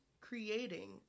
creating